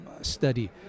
study